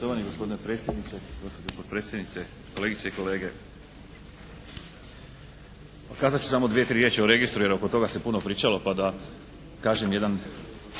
Hvala vam